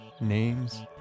Names